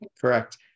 Correct